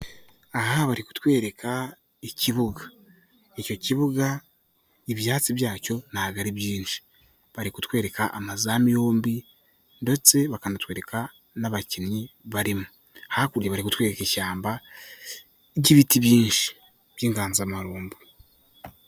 Aha bari kutwereka ikibuga, icyo kibuga ibyatsi byacyo ntabwo ari byinshi, bari kutwereka amazamu yombi ndetse bakanatwereka n'abakinnyi barimo, hakurya bari kutwereka ishyamba ry'ibiti byinshi by'inganzamarumbu.